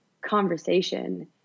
conversation